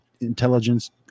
intelligence